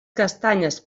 castanyes